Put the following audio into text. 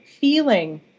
feeling